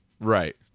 Right